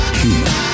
human